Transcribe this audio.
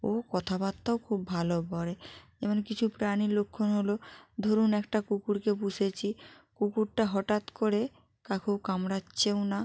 ও কথাবার্তাও খুব ভালো বলে এমন কিছু প্রাণীর লক্ষ্মণ হলো ধরুন একটা কুকুরকে পুষেছি কুকুরটা হঠাৎ করে কাউকে কামড়াচ্ছেও না